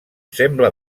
sembla